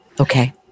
Okay